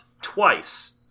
twice